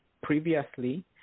previously